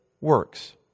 works